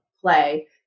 play